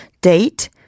date